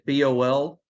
BOL